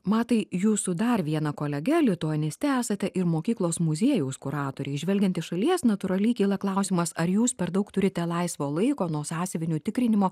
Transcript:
matai jūsų dar viena kolege lituaniste esate ir mokyklos muziejaus kuratoriai žvelgiant iš šalies natūraliai kyla klausimas ar jūs per daug turite laisvo laiko nuo sąsiuvinių tikrinimo